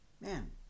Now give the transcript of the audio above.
man